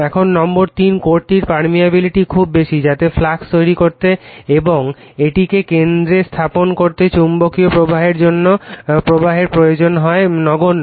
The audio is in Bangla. এখন নম্বর 3 কোরটির পারমিয়াবিলিটি খুব বেশি যাতে ফ্লাক্স তৈরি করতে এবং এটিকে কেন্দ্রে স্থাপন করতে চুম্বকীয় প্রবাহের প্রয়োজন হয় নগণ্য